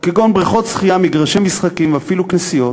כגון בריכות שחייה, מגרשי משחקים, אפילו כנסיות.